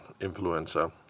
influencer